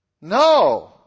No